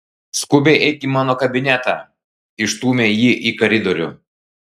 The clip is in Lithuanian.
skubiai eik į mano kabinetą išstūmė jį į koridorių